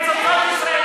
ולא